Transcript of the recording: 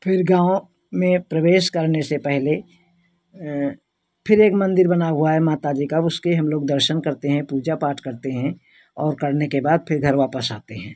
फिर गाँव में प्रवेश करने से पहले फिर एक मन्दिर बना हुआ है माता जी का उसके हम लोग दर्शन करते हैं पूजा पाठ करते हैं और करने के बाद फिर घर वापस आते हैं